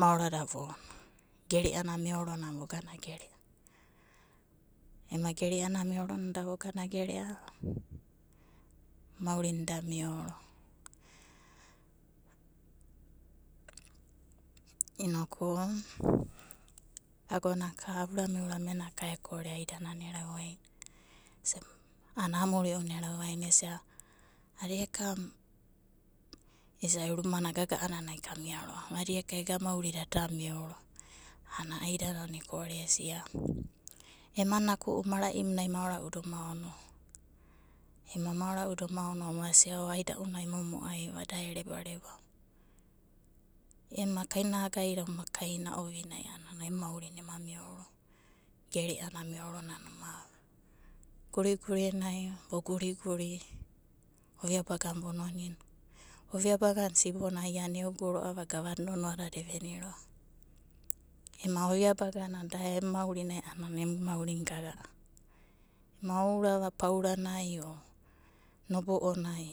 maorada vono gere'ana meoronanai vogana gerea. Ema gere'ana meoronanai da vogana gere'a ana maurina da meoro. Inoku agona ka urame urame na ka eogu aidanana erawaina a'ana amuri'una erawaina mom adika rumana gaga'anana kamiava adiko ega maurida nonoa, a'ana aidanana eko'ore esia ema naku'u mara'imunai maora'uda oma ono a'ana aida'una e momo'aiva da e rebarebava. Ema kainagaida oma kaina ovinai a'ana emu maurina ema meoro gere'ana meoronana oma. Gurigurinai vo guriguri ovia bagana vononina ovia baga na sibona iana eoguro'ava gavada nonoadada eveni. Ovia bagana da ona emu maur inai a'ana emu maurina ve gaga'a. Ema ourava pauranai o nobo'onai